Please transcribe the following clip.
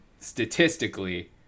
statistically